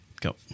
Go